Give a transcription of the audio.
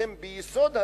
שהם ביסוד הדמוקרטיה,